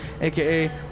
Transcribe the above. AKA